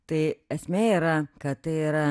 tai esmė yra kad tai yra